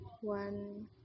one